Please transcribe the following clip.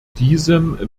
diesem